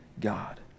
God